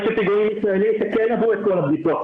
בפיגומים ישראלים שכן עברו את כל הבדיקות,